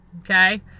Okay